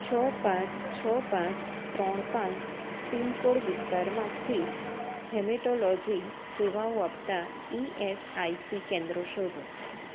છ પાંચ છ પાંચ ત્રણ પાંચ પિનકોડ વિસ્તારમાં સ્થિત હેમેટોલોજી સેવાઓ આપતાં ઇ એસ આઇ સી કેન્દ્રો શોધો